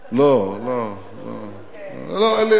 לא, לא.